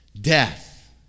Death